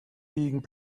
being